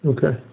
Okay